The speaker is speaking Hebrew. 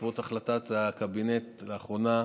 בעקבות החלטת הקבינט לאחרונה,